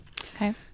Okay